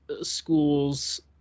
schools